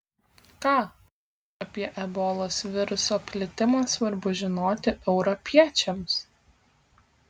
ką apie ebolos viruso plitimą svarbu žinoti europiečiams